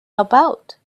about